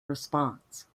response